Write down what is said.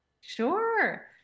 sure